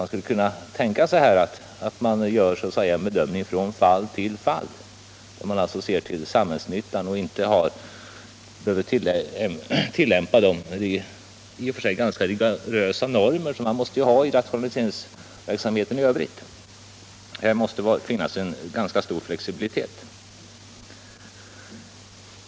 Man skulle kunna göra en bedömning från fall till fall, varvid man ser till samhällsnyttan och inte behöver tillämpa de i och för sig ganska rigorösa normer som måste gälla i rationaliseringsverksamheten i övrigt. Här måste finnas en ganska stor flexibilitet.